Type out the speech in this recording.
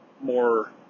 more